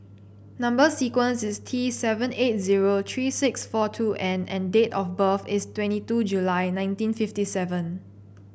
number sequence is T seven eight zero three six four two N and date of birth is twenty two July nineteen fifty seven